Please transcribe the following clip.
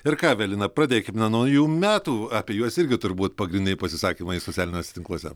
ir ką evelina pradėkime nuo naujų metų apie juos irgi turbūt pagrindiniai pasisakymai socialiniuose tinkluose